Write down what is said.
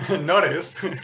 noticed